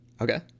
Okay